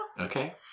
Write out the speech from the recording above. Okay